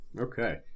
Okay